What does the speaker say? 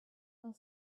while